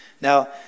now